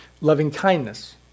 loving-kindness